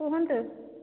କୁହନ୍ତୁ